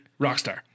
Rockstar